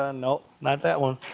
ah no, not that one.